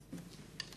בבקשה.